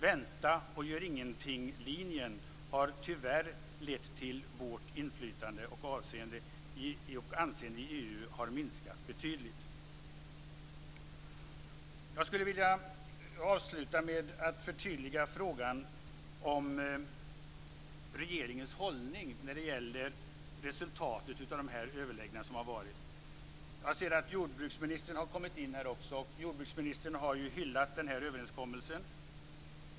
Vänta-och-gör-ingenting-linjen har tyvärr lett till att vårt inflytande och anseende i EU har minskat betydligt. Jag skulle vilja avsluta med att förtydliga frågan om regeringens hållning när det gäller resultatet av de överläggningar som har varit. Jag ser att också jordbruksministern har kommit in i kammaren. Jordbruksministern har hyllat denna överenskommelse.